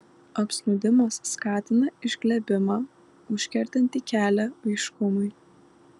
apsnūdimas skatina išglebimą užkertantį kelią aiškumui